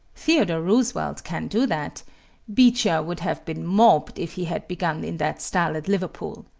theodore roosevelt can do that beecher would have been mobbed if he had begun in that style at liverpool.